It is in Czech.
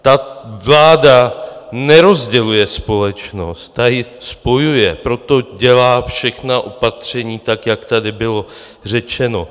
Ta vláda nerozděluje společnost, ta ji spojuje, proto dělá všechna opatření tak, jak tady bylo řečeno.